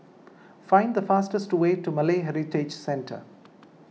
find the fastest way to Malay Heritage Centre